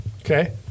Okay